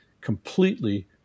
completely